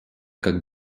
как